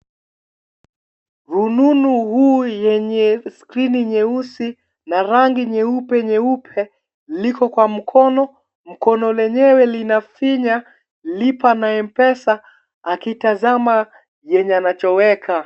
Rununu huu yenye skrini nyeusi na rangi nyeupe nyeupe liko Kwa mkono, mkono lenyewe linafinya Lila na MPESA akitazama yenye anachoweka.